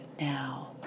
now